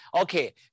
okay